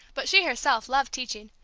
but she herself loved teaching.